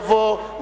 2975,